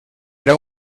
era